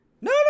No